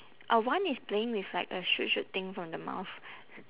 uh one is playing with like a shoot shoot thing from the mouth